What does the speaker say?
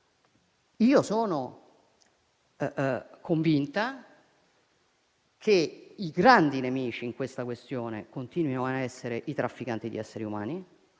Sono convinta che i grandi nemici, in questa questione, continuino ad essere i trafficanti di esseri umani;